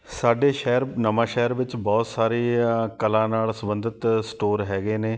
ਸਾਡੇ ਸ਼ਹਿਰ ਨਵਾਂ ਸ਼ਹਿਰ ਵਿੱਚ ਬਹੁਤ ਸਾਰੀਆਂ ਕਲਾ ਨਾਲ ਸੰਬੰਧਿਤ ਸਟੋਰ ਹੈਗੇ ਨੇ